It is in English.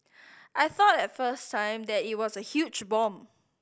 I thought at first time that it was a huge bomb